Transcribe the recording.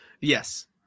yes